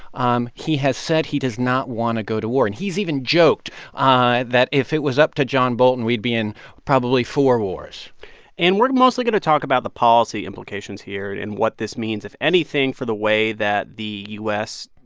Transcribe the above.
um he has said he does not want to go to war. and he's even joked ah that if it was up to john bolton, we'd be in probably four wars and we're mostly going to talk about the policy implications here and what this means, if anything, for the way that the u s.